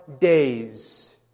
days